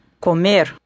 comer